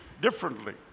differently